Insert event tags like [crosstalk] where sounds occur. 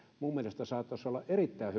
minun mielestäni saattaisi olla erittäin [unintelligible]